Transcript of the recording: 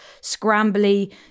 scrambly